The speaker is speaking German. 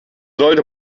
sollte